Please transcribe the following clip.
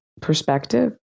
perspective